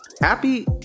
Happy